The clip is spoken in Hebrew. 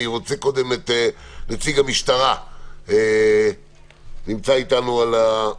אני מבינה שהצרה היא בביטוח הלאומי,